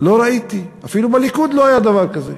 לא ראיתי, אפילו בליכוד לא היה דבר כזה.